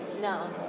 No